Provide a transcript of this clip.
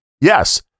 Yes